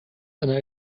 einer